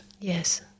Yes